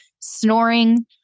snoring